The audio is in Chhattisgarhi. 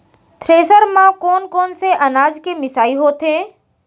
थ्रेसर म कोन कोन से अनाज के मिसाई होथे?